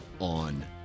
on